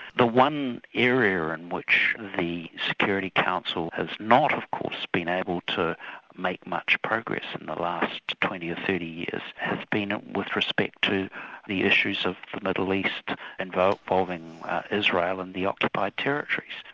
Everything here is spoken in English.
the one area in which the security council has not of course been able to make much progress in the last twenty or thirty years has been with respect to the issues of the middle east and involving israel and the occupied territories,